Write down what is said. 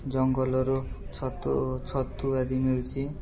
ଜଙ୍ଗଲରୁ ଛତୁ ଛତୁ ଆଦି ମିଳୁଛି